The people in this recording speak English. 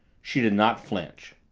she did not flinch.